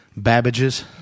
Babbages